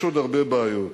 יש עוד הרבה בעיות.